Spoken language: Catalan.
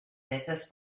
lletres